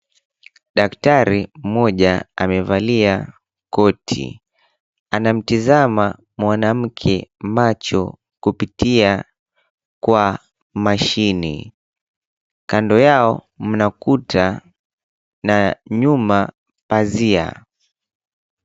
Daktari mmoja amevalia koti, anamtazama mwanamke macho kupitia kwa mashine. Kando yao mna kuta na nyuma pazia.